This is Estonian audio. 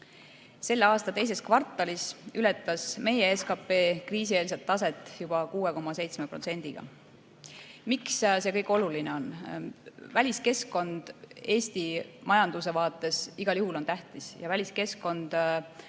Selle aasta teises kvartalis ületas meie SKP kriisieelset taset juba 6,7%-ga. Miks see kõik oluline on? Väliskeskkond on Eesti majanduse vaates igal juhul tähtis ja väliskeskkond on praegu hea